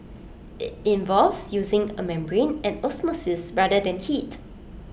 IT involves using A membrane and osmosis rather than heat